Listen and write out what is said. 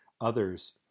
others